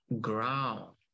ground